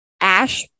Ash